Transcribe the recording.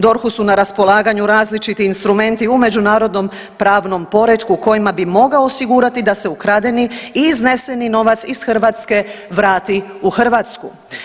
DROH-u su na raspolaganju različiti instrumenti u međunarodnom pravnom poretku kojima bi mogao osigurati da se ukradeni i izneseni novac iz Hrvatske vrati u Hrvatsku.